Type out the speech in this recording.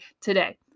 today